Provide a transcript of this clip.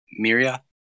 Miria